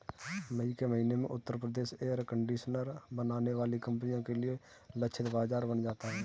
मई के महीने में उत्तर प्रदेश एयर कंडीशनर बनाने वाली कंपनियों के लिए लक्षित बाजार बन जाता है